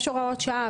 יש הוראות שעה,